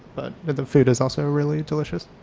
but the the food is also really delicious.